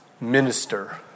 minister